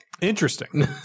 Interesting